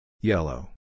Yellow